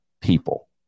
people